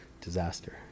disaster